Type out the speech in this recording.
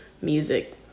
music